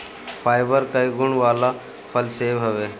fibre कअ गुण वाला फल सेव हवे